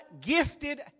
gifted